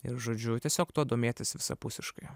ir žodžiu tiesiog tuo domėtis visapusiškai